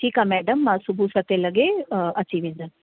ठीकु आहे मैडम मां सुबूह सतें लॻे अची वेंदुसि